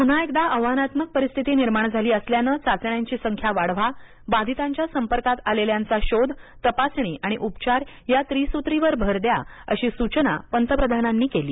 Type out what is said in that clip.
पुन्हा एकदा आव्हानात्मक परिस्थिती निर्माण झाली असल्यानं चाचण्यांची संख्या वाढवा बाधितांच्या संपर्कात आलेल्यांचा शोध तपासणी आणि उपचार या त्रिसूत्रीवर भर द्या अशी सूचना पंतप्रधानांनी केली